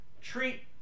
treat